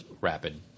rapid